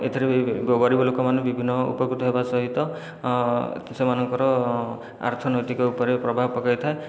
ଏଥିରେ ବି ଗରିବ ଲୋକମାନେ ବିଭିନ୍ନ ଉପକୃତ ହେବା ସହିତ ସେମାନଙ୍କର ଆର୍ଥନୈତିକ ଉପରେ ପ୍ରଭାବ ପକାଇଥାଏ